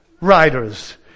riders